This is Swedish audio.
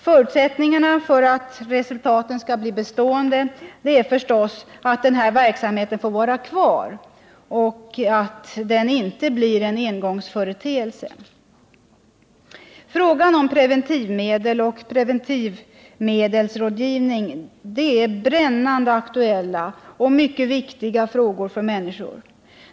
Förutsättningarna för att resultaten skall bli bestående är förstås att denna verksamhet får vara kvar och att den inte blir en engångsföreteelse. Frågorna om preventivmedel och preventivmedelsrådgivning är brännande aktuella och viktiga frågor för människor.